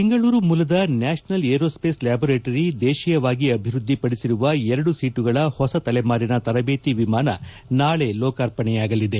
ಬೆಂಗಳೂರು ಮೂಲದ national aerospace laboratory ದೇಶೀಯವಾಗಿ ಅಭಿವೃದ್ದಿಪಡಿಸಿರುವ ಎರಡು ಸೀಟುಗಳ ಹೊಸ ತಲೆಮಾರಿನ ತರಬೇತಿ ವಿಮಾನ ನಾಳೆ ಲೋಕಾರ್ಪಣೆಯಾಗಲಿದೆ